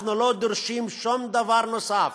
אנחנו לא דורשים שום דבר נוסף,